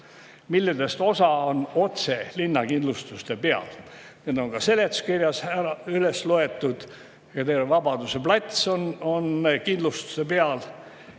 millest osa on otse linna kindlustuste peal. Need on ka seletuskirjas üles loetud. Vabaduse plats on kindlustuse peal.